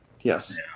Yes